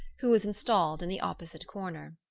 who was installed in the opposite corner.